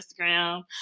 Instagram